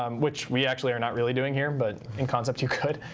um which we actually are not really doing here. but in concept, you could.